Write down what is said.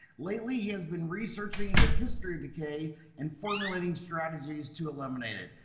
lately he has been researching the history decay and formulating strategies to eliminate it.